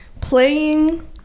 playing